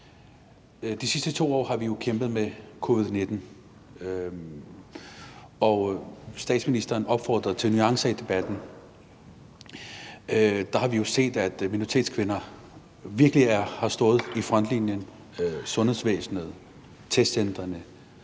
De sidste 2 år har vi jo kæmpet med covid-19, og statsministeren opfordrede til nuancer i debatten. Der har vi jo set, at minoritetskvinder virkelig har stået i frontlinjen i sundhedsvæsenet og på testcentrene,